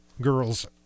girls